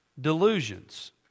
delusions